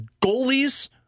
Goalies